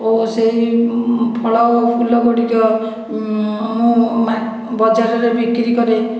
ଓ ସେହି ଫଳ ଆଉ ଫୁଲଗୁଡ଼ିକ ମୁଁ ବଜାରରେ ବିକ୍ରି କରେ